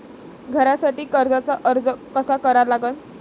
घरासाठी कर्जाचा अर्ज कसा करा लागन?